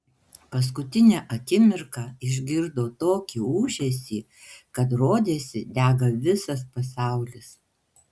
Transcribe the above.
paskutinę akimirką išgirdo tokį ūžesį kad rodėsi dega visas pasaulis